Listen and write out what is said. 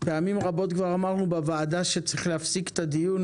פעמים רבות אמרנו בוועדה שצריך להפסיק את הדיון